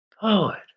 poet